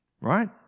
right